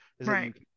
Right